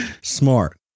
Smart